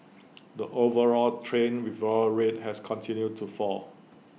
the overall train withdrawal rate has continued to fall